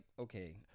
okay